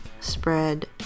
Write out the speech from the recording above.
spread